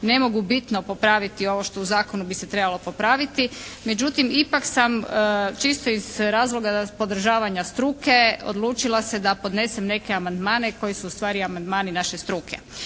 ne mogu bitno popraviti ovo što u zakonu bi se trebalo popraviti međutim ipak sam čisto iz razloga podržavanja struke odlučila se da podnesem neke amandmane koji su ustvari amandmani naše struke.